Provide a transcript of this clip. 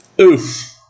Oof